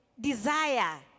desire